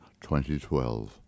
2012